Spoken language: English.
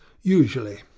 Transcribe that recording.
usually